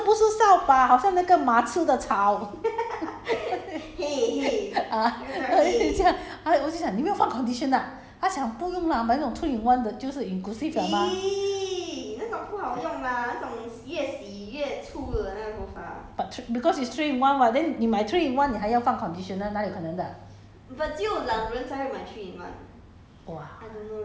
!aiyo! mummy 你的头发好像那个扫把 then 她的妹妹讲不是不是扫把好像那个马吃的草 ah 有点像我就讲你没有放 condition ah 她讲不用 lah 买那种 three in one 的就是 inclusive liao mah but three because it's three in one [what] then 你买 three in one 你还要放 conditioner 哪里有可能的